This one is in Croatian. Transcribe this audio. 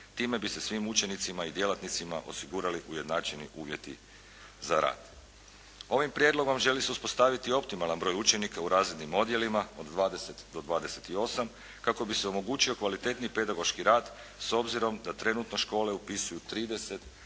Time bi se svim učenicima i djelatnicima osigurali ujednačeni uvjeti za rad. Ovim prijedlogom želi se uspostaviti optimalan broj učenika u razrednim odjelima od 20 do 28 kako bi se omogućio kvalitetni pedagoški rad s obzirom da trenutno škole upisuju 30